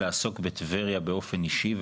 לעסוק בטבריה באופן אישי.